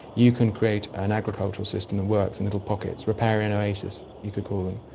you can create an agricultural system that works in little pockets, riparian oases, you could call them.